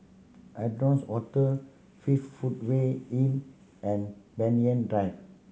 Adonis Hotel fifth Footway Inn and Banyan Drive